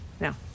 No